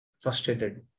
frustrated